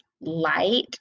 light